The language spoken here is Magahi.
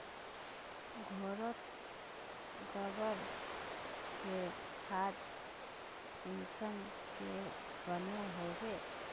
घोरोत गबर से खाद कुंसम के बनो होबे?